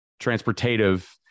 transportative